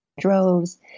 droves